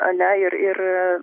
ane ir ir